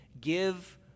Give